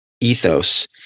ethos